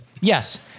Yes